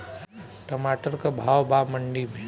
टमाटर का भाव बा मंडी मे?